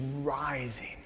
rising